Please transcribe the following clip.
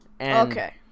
Okay